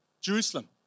Jerusalem